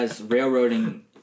railroading